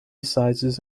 sizes